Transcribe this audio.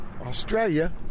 Australia